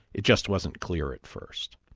it just wasn't clear at first.